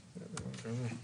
נכון.